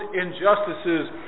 injustices